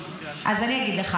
אז אני אגיד לך.